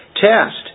Test